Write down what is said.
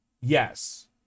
Yes